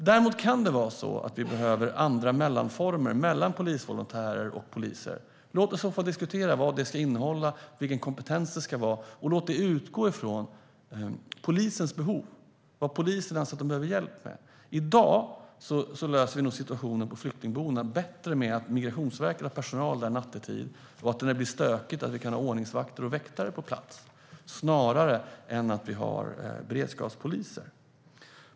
Däremot kan det vara så att vi behöver andra mellanformer mellan polisvolontärer och poliser. Låt oss diskutera vad de ska innehålla och vilken kompetens det ska vara fråga om. Låt oss utgå från polisens behov och vad polisen anser att man behöver hjälp med. I dag löser vi situationen på flyktingboendena bättre med att Migrationsverket har personal där nattetid och att det finns ordningsvakter och väktare på plats när det är stökigt snarare än att det ska finnas beredskapspoliser.